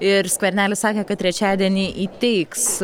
ir skvernelis sakė kad trečiadienį įteiks